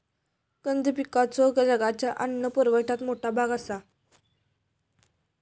कंद पिकांचो जगाच्या अन्न पुरवठ्यात मोठा भाग आसा